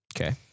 Okay